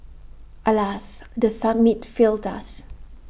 alas the summit failed us